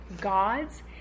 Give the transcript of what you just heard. God's